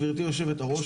גברתי יושבת הראש,